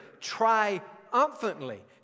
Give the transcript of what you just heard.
triumphantly